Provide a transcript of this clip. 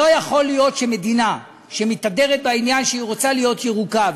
לא יכול להיות שמדינה שמתהדרת בעניין שהיא רוצה להיות ירוקה,